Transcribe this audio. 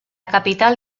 capital